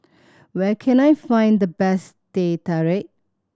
where can I find the best Teh Tarik